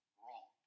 wrong